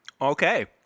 Okay